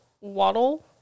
Waddle